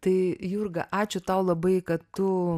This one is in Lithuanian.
tai jurga ačiū tau labai kad tu